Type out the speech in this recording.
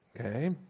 Okay